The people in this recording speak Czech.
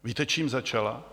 Víte, čím začala?